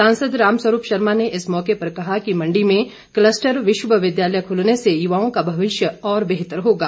सांसद राम स्वरूप शर्मा ने इस मौके पर कहा कि मंडी में क्लस्टर विश्वविद्यालय खूलने से युवाओं का भविष्य और बेहतर होगा